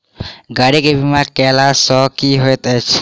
गाड़ी केँ बीमा कैला सँ की होइत अछि?